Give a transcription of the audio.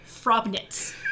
Frobnitz